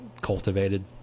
cultivated